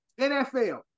NFL